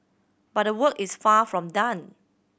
but the work is far from done